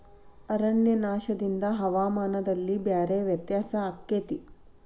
ಅರಣ್ಯನಾಶದಿಂದ ಹವಾಮಾನದಲ್ಲಿ ಭಾರೇ ವ್ಯತ್ಯಾಸ ಅಕೈತಿ